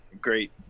great